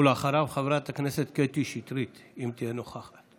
ואחריו, חברת הכנסת קטי שטרית, אם תהיה נוכחת.